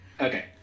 Okay